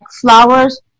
flowers